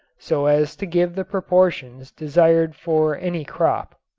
so as to give the proportions desired for any crop.